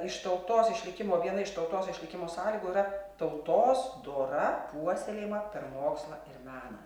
iš tautos išlikimo viena iš tautos išlikimo sąlygų yra tautos dora puoselėjima per mokslą ir meną